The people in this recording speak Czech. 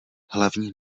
hlavní